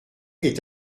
est